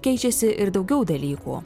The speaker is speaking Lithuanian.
keičiasi ir daugiau dalykų